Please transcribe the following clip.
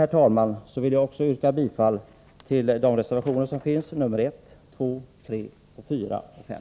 Med det anförda vill jag yrka bifall till reservationerna 1, 2, 3, 4 och 5.